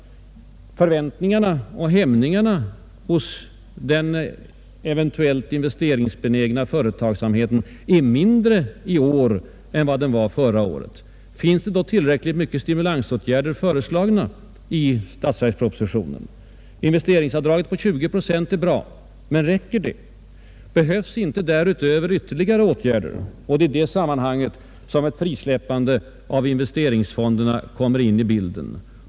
Förväntningarna och intresset hos den eventuellt investeringsbenägna företagsamheten är naturligtvis mindre i år än vad det var förra året. Finns det då tillräckligt många stimulansåtgärder föreslagna i statsverkspropositionen? Investeringsavdraget på 20 procent är bra, men räcker det? Behövs inte därutöver ytterligare åtgärder? Det är i det sammanhanget som ett frisläppande av investeringsfonderna kommer in i bilden.